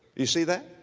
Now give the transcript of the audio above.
you see that?